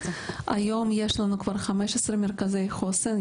היום יש לנו כבר 15 מרכזי חוסן,